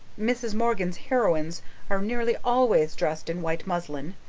mrs. morgan's heroines are nearly always dressed in white muslin,